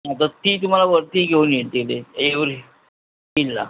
हां तर ती तुम्हाला वरती घेऊन येईल तिथे येऊर हिलला